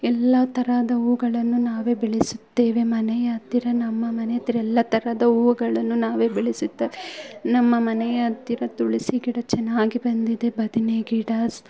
ಎಲ್ಲ ಥರದ ಹೂವುಗಳನ್ನು ನಾವೇ ಬೆಳೆಸುತ್ತೇವೆ ಮನೆಯ ಹತ್ತಿರ ನಮ್ಮ ಮನೆ ಹತ್ತಿರ ಎಲ್ಲ ಥರದ ಹೂವುಗಳನ್ನು ನಾವೇ ಬೆಳೆಸುತ್ತೇವೆ ನಮ್ಮ ಮನೆಯ ಹತ್ತಿರ ತುಳಸಿ ಗಿಡ ಚೆನ್ನಾಗಿ ಬಂದಿದೆ ಬದನೇ ಗಿಡ